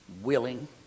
willing